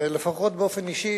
ולפחות באופן אישי,